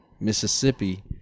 Mississippi